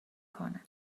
کنه